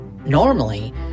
Normally